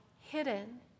hidden